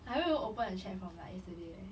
I haven't even open the chat from from like yesterday eh